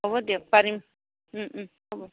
হ'ব দিয়ক পাৰিম হ'ব